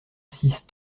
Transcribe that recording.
six